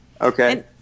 Okay